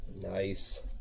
Nice